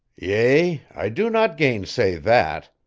yea, i do not gainsay that,